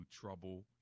trouble